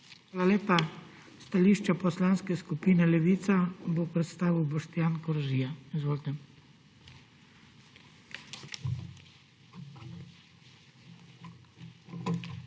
Hvala lepa. Stališče Poslanske skupine Levica bo predstavil Boštjan Koražija. Izvolite. BOŠTJAN